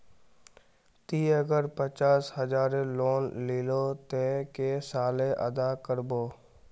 ती अगर पचास हजारेर लोन लिलो ते कै साले अदा कर बो?